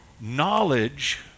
Knowledge